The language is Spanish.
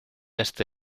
este